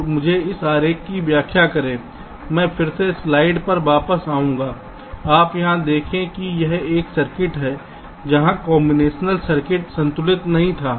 तो मुझे इस आरेख की व्याख्या करें मैं फिर से स्लाइड पर वापस जाऊंगा आप यहां देखें कि यह एक सर्किट है जहां कॉम्बिनेशन सर्किट संतुलित नहीं था